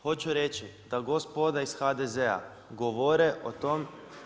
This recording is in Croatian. Hoću reći da gospoda iz HDZ-a govore o tom